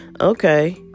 Okay